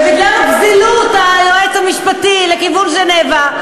ובגלל פזילוּת היועץ המשפטי לכיוון ז'נבה,